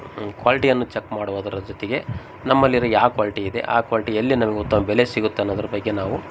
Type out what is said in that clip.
ಕ್ವಾಲ್ಟಿಯನ್ನು check ಮಾಡುವುದರ ಜೊತೆಗೆ ನಮ್ಮಲ್ಲಿರೋ ಯಾವ ಕ್ವಾಲ್ಟಿ ಇದೆ ಆ ಕ್ವಾಲ್ಟಿ ಎಲ್ಲಿ ನಮಗೆ ಉತ್ತಮ ಬೆಲೆ ಸಿಗುತ್ತೆ ಅನ್ನೋದರ ಬಗ್ಗೆ ನಾವು